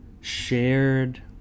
shared